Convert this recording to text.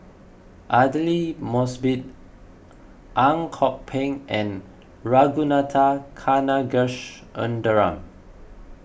Aidli Mosbit Ang Kok Peng and Ragunathar Kanagasuntheram